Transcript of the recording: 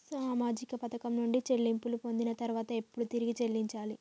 సామాజిక పథకం నుండి చెల్లింపులు పొందిన తర్వాత ఎప్పుడు తిరిగి చెల్లించాలి?